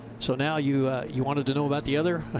so now you you wanted to know about the other?